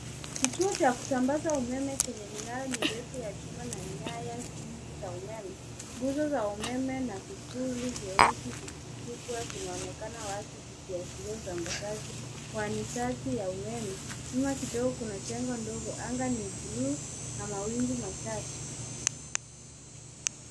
Kituo cha kusambaza umeme chenye minara mirefu ya chuma na nyaya nyingi za umeme, nguzo za umeme na vipuli vyeusi vikubwa vinaonekana wazi vikiashiria usambazaji wa nishati wa umeme. Nyuma kidogo kuna jengo ndogo. Anga ni bluu na mawingu machache.